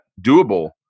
doable